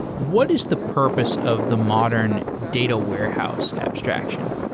what is the purpose of the modern data warehouse abstraction?